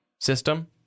system